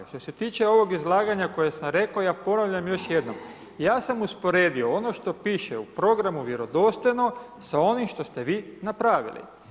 Što se tiče ovog izlaganja koje sam rekao, ja ponavljam još jednom, ja sam usporedio ono što piše u programu Vjerodostojno sa onim što ste vi napravili.